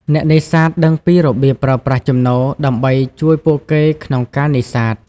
អ្នកនេសាទដឹងពីរបៀបប្រើប្រាស់ជំនោរ ដើម្បីជួយពួកគេក្នុងការនេសាទ។